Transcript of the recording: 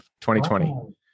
2020